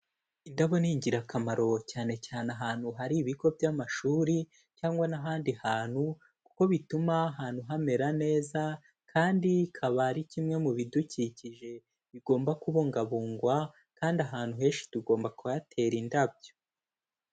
Indabo ni ingirakamaro cyane cyane ahantu hari ibigo by'amashuri cyangwa n'ahandi hantu kuko bituma ahantu hamera neza kandi akaba ari kimwe mu bidukikije bigomba kubungabungwa kandi ahantu henshi tugomba kuhatera indabyo